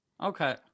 Okay